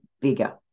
bigger